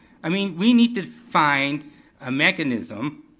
i mean we need to find a mechanism